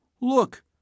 Look